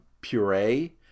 puree